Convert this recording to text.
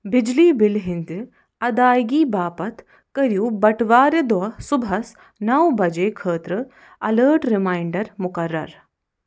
بجلی بِلہِ ہٕنٛدِ ادٲئیگی باپتھ کٔرِو بٹوارِ دۄہ صُبحس نو بجے خٲطرٕ الٲرٹ ریماینٛڈر مُقرر